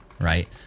right